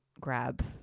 grab